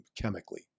chemically